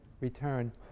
return